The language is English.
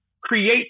create